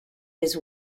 his